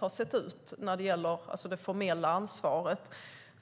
har sett ut när det gäller det formella ansvaret.